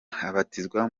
abatizwa